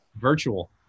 Virtual